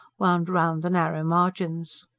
wound round the narrow margins.